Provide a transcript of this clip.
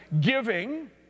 giving